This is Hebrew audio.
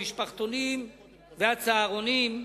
המשפחתונים והצהרונים,